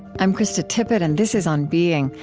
i'm krista tippett, and this is on being.